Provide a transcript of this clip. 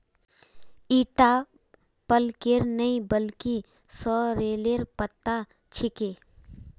ईटा पलकेर नइ बल्कि सॉरेलेर पत्ता छिके